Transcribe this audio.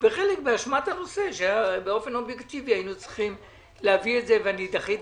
חלק באשמת הנושא שבאופן אובייקטיבי היינו צריכים להביא אבל אני דחיתי.